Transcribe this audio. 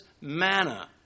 manna